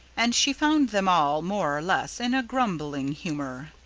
and she found them all, more or less, in a grumbling humour.